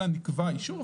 אלא נקבע אישור,